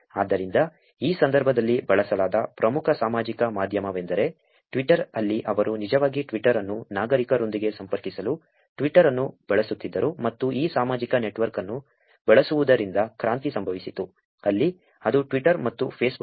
ಆದ್ದರಿಂದ ಈ ಸಂದರ್ಭದಲ್ಲಿ ಬಳಸಲಾದ ಪ್ರಮುಖ ಸಾಮಾಜಿಕ ಮಾಧ್ಯಮವೆಂದರೆ ಟ್ವಿಟರ್ ಅಲ್ಲಿ ಅವರು ನಿಜವಾಗಿ ಟ್ವಿಟರ್ ಅನ್ನು ನಾಗರಿಕರೊಂದಿಗೆ ಸಂಪರ್ಕಿಸಲು ಟ್ವಿಟರ್ ಅನ್ನು ಬಳಸುತ್ತಿದ್ದರು ಮತ್ತು ಈ ಸಾಮಾಜಿಕ ನೆಟ್ವರ್ಕ್ ಅನ್ನು ಬಳಸುವುದರಿಂದ ಕ್ರಾಂತಿ ಸಂಭವಿಸಿತು ಅಲ್ಲಿ ಅದು Twitter ಮತ್ತು ಫೇಸ್ಬುಕ್